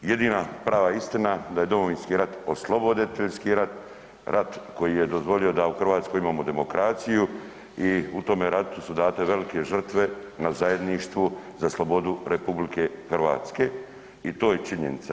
Jedina prava istina da je Domovinski rat osloboditeljski rat, rat koji je dozvolio da u Hrvatskoj imamo demokraciju i u tome ratu su date velike žrtve na zajedništvu za slobodu RH i to je činjenica.